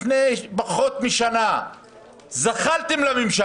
את כחול לבן ואני אומר: לפני פחות משנה זחלתם לממשלה.